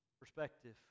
perspective